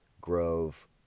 Grove